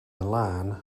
milan